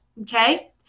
Okay